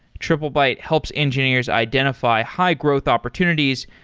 triplebyte helps engineers identify high-growth opportunities,